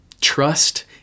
Trust